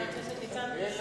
אין להם תרבות אחרת, סליחה.